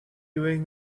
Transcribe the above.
doing